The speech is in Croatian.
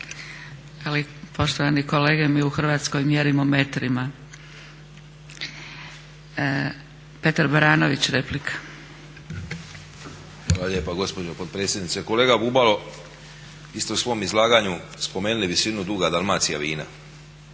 Evo poštovani kolege mi u Hrvatskoj mjerimo metrima. Petar Baranović replika. **Baranović, Petar (Reformisti)** Hvala lijepa gospođo potpredsjednice. Kolega Bubalo, vi ste u svom izlaganju spomenuli visinu duga Dalmacija vina